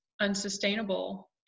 unsustainable